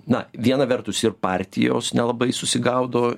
na viena vertus ir partijos nelabai susigaudo